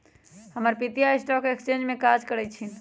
हमर पितिया stock exchange में काज करइ छिन्ह